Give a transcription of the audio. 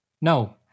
No